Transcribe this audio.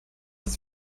dass